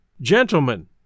Gentlemen